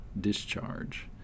discharge